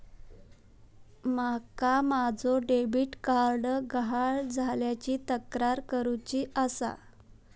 माका माझो debit card गहाळ झाल्याची तक्रार करुची आसा